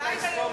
הבית הלאומי,